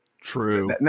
True